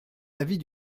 l’avis